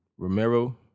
Romero